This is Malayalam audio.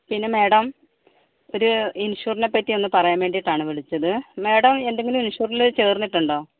പിന്നെ മാഡം ഒരു ഇൻഷൂറിനെപ്പറ്റി ഒന്ന് പറയാൻ വേണ്ടിയിട്ടാണ് വിളിച്ചത് മാഡം എന്തെങ്കിലും ഇൻഷൂറില് ചേർന്നിട്ടുണ്ടോ